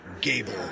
gable